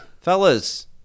Fellas